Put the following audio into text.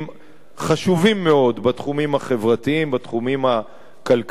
חשובים מאוד בתחומים החברתיים, בתחומים הכלכליים.